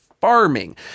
farming